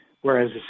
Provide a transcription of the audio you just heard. whereas